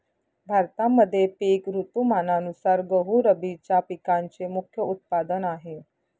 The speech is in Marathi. भारतामध्ये पिक ऋतुमानानुसार गहू रब्बीच्या पिकांचे मुख्य उत्पादन आहे